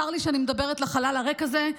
צר לי שאני מדברת לחלל הריק הזה.